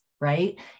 right